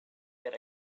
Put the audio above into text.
get